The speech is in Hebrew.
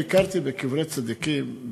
ביקרתי בקברי צדיקים,